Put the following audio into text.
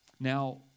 Now